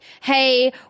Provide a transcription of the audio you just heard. hey